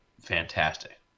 fantastic